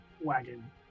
wagon